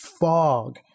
fog